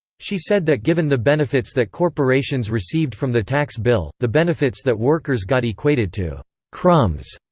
she said that given the benefits that corporations received from the tax bill, the benefits that workers got equated to crumbs.